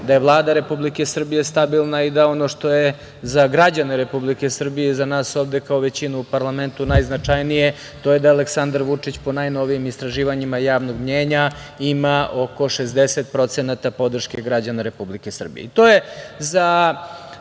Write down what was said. da je Vlada Republike Srbije stabilna i da ono što je za građane Republike Srbije i za nas ovde kao većinu u parlamentu najznačajnije to je da je Aleksandar Vučić po najnovijim istraživanjima javnog menjanja ima oko 60% podrške građana Republike Srbije. To